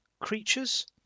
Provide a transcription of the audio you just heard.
creatures